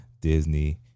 Disney